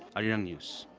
arirang news.